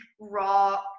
raw